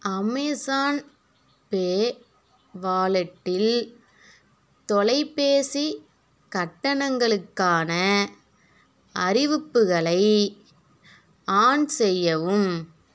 Amazon pay வாலெட்டில் தொலைபேசி கட்டணங்களுக்கான அறிவிப்புகளை ஆன் செய்யவும்